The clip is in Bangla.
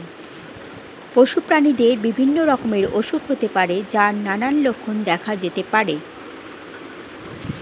পশু প্রাণীদের বিভিন্ন রকমের অসুখ হতে পারে যার নানান লক্ষণ দেখা যেতে পারে